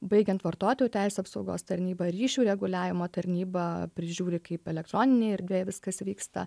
baigiant vartotojų teisių apsaugos tarnyba ryšių reguliavimo tarnyba prižiūri kaip elektroninėj erdvėj viskas vyksta